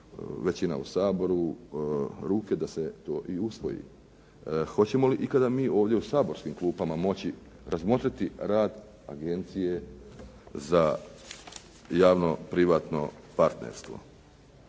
većina u Saboru ruke da se to i usvoji. Hoćemo li ikada mi ovdje u saborskim klupama moći razmotriti rad Agencije za javno-privatno partnerstvo.